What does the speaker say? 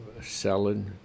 salad